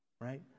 Right